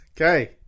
Okay